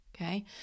Okay